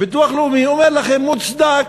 הביטוח הלאומי אומר לכם: מוצדק.